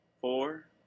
four